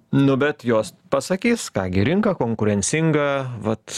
nu bet jos pasakys ką gi rinka konkurencinga vat